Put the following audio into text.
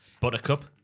Buttercup